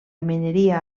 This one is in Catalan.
mineria